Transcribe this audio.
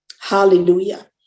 Hallelujah